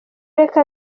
reka